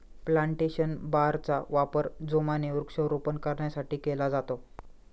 plantation बारचा वापर जोमाने वृक्षारोपण करण्यासाठी केला जातो